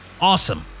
awesome